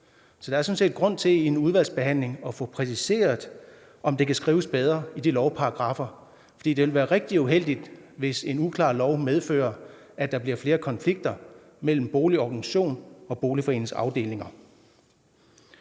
Så der er sådan set grund til i en udvalgsbehandling at få præciseret, om det kan skrives bedre i de lovparagraffer. For det vil være rigtig uheldigt, hvis en uklar lov medfører, at der bliver flere konflikter mellem boligorganisationen og boligforeningens afdelinger.